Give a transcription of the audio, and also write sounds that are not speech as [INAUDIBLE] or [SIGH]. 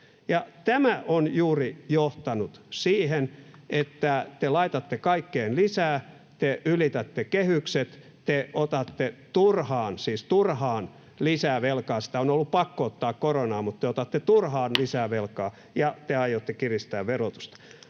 tämä juuri on johtanut siihen, että te laitatte kaikkeen lisää, te ylitätte kehykset, te otatte turhaan — siis turhaan — lisää velkaa. Sitä on ollut pakko ottaa koronaan, [NOISE] mutta te otatte turhaan lisää velkaa, ja te aiotte kiristää verotusta.